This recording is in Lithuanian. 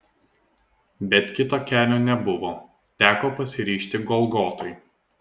bet kito kelio nebuvo teko pasiryžti golgotai